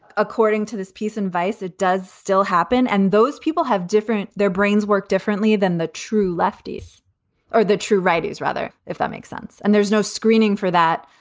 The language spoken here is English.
according to this piece and vice, it does still happen. and those people have different their brains work differently than the true lefties are the true righties, rather, if that makes sense and there's no screening for that.